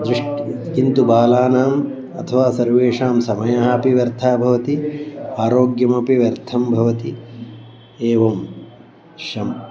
दृष्टं किन्तु बालानाम् अथवा सर्वेषां समयः अपि व्यर्थः भवति आरोग्यमपि व्यर्थं भवति एवं शम्